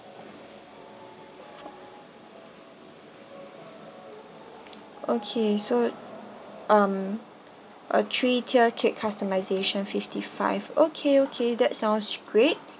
okay so um a three tier cake customization fifty five okay okay that sounds great